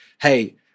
hey